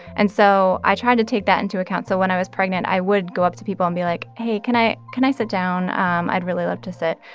and so i tried to take that into account. so when i was pregnant, i would go up to people and be like, hey, can i can i sit down? um i'd really love to sit.